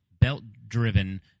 belt-driven